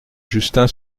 justin